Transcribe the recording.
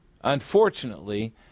Unfortunately